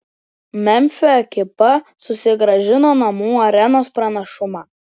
memfio ekipa susigrąžino namų arenos pranašumą